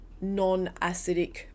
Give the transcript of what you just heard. non-acidic